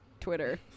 Twitter